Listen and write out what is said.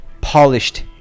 polished